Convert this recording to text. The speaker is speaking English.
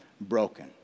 broken